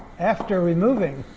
after removing